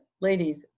ladies